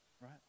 right